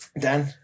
Dan